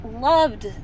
loved